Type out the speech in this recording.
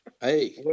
Hey